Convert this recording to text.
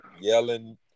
Yelling